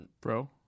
Bro